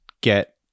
get